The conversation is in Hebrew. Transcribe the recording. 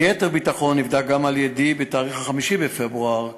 ליתר ביטחון נבדק גם על-ידי ב-5 בפברואר 2014,